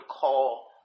call